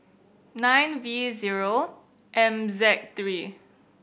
nine V zero M Z three